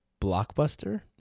Blockbuster